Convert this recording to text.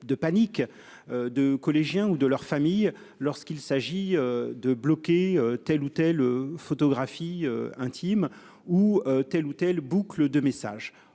de panique. De collégiens ou de leur famille lorsqu'il s'agit de bloquer telle ou telle photographies intimes ou telle ou telle boucle de messages